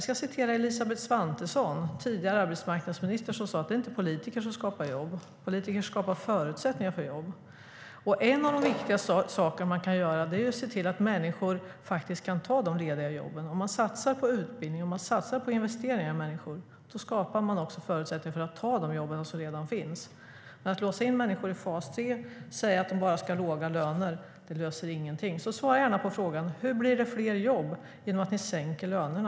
Tidigare arbetsmarknadsminister Elisabeth Svantesson sa: Det är inte politiker som skapar jobb. Politiker skapar förutsättningar för jobb. En sak som man kan göra är att se till att människor kan ta lediga jobb. Om man satsar på utbildning och investering i människor, då skapar man också förutsättningar för att de ska kunna ta de jobb som redan finns. Att låsa in människor i fas 3 och bara säga att de ska ha låga löner löser ingenting. Så svara gärna på frågan: Hur blir det fler jobb genom att ni sänker lönerna?